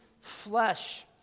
flesh